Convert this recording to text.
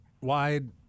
wide